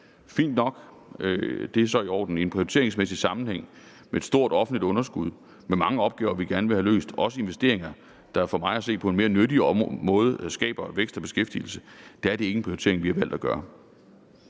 Fint nok, det er så i orden. I en prioriteringsmæssig sammenhæng med et stort offentligt underskud med mange opgaver, som vi gerne vil have løst, og også investeringer, der for mig at se på en mere nyttig måde skaber vækst og beskæftigelse, er det ikke en prioritering, vi har valgt at gøre.